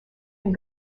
and